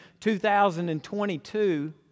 2022